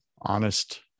Honest